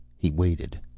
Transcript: he waited.